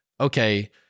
okay